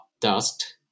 dust